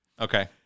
Okay